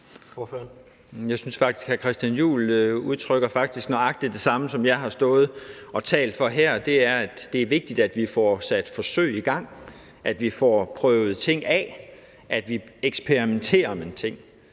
Jeg synes faktisk, hr. Christian Juhl udtrykker nøjagtig det samme som det, jeg har stået og talt for her, nemlig at det er vigtigt, at vi får sat forsøg i gang, at vi får prøvet ting af, at vi eksperimenterer med ting.